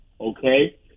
okay